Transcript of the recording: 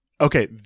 Okay